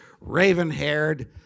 raven-haired